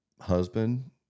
husband